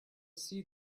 see